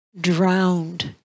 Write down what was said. drowned